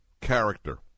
character